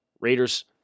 Raiders